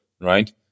right